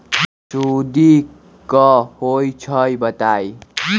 सुडी क होई छई बताई?